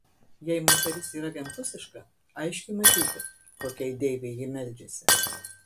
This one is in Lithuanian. jei moteris yra vienpusiška aiškiai matyti kokiai deivei ji meldžiasi